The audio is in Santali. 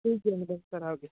ᱴᱷᱤᱠ ᱜᱮᱭᱟ ᱢᱮᱰᱚᱢ ᱥᱟᱨᱦᱟᱣ ᱜᱮ